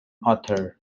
author